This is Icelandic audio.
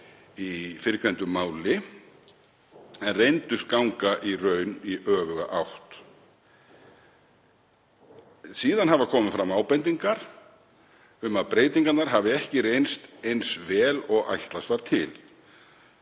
í fyrrnefndu máli. Þær reyndust ganga í raun í öfuga átt og síðan hafa komið fram ábendingar um að breytingarnar hafi ekki reynst eins vel og ætlast var til.